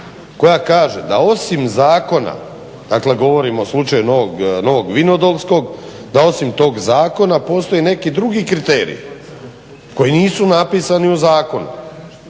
koja kaže da osim zakona, dakle govorim o slučaju Novog Vinodolskog, da osim tog zakona postoje i neki drugi kriteriji koji nisu napisani u zakonu.